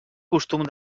costum